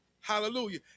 Hallelujah